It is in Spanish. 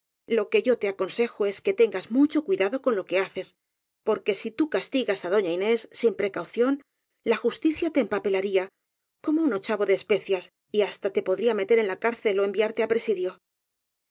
lo que yo te aconsejo es que tengas mucho cuidado con lo que haces porque si tú castigas á doña inés sin precaución la justicia te empapelaría como un ochavo de especias y hasta te podría meter en la cárcel ó enviarte á presidio